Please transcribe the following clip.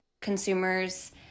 consumers